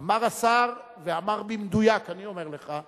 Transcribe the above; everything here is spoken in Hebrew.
אמר השר, ואמר במדויק: אני אומר לך,